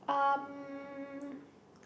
um